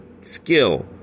skill